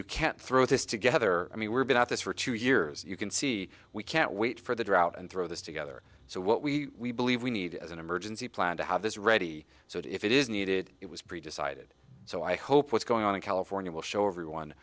you can't throw this together i mean we're been at this for two years you can see we can't wait for the drought and throw this together so what we believe we need as an emergency plan to have this ready so if it is needed it was pre decided so i hope what's going on in california will show everyone